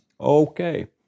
Okay